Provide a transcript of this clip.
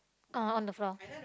uh on the floor